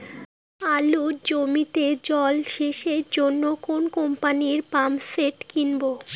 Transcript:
আলুর জমিতে জল সেচের জন্য কোন কোম্পানির পাম্পসেট কিনব?